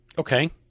Okay